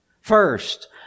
First